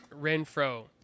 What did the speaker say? Renfro